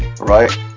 right